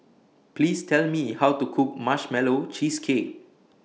Please Tell Me How to Cook Marshmallow Cheesecake